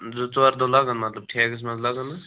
زٕ ژور دۄہ لَگن مطلب ٹھیکَس منٛز لَگن نا حظ